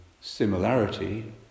similarity